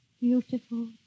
Beautiful